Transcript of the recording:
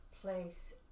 place